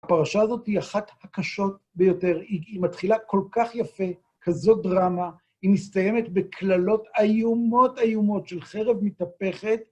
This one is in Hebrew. הפרשה הזאת היא אחת הקשות ביותר, היא מתחילה כל כך יפה, כזאת דרמה, היא מסתיימת בקללות איומות איומות של חרב מתהפכת.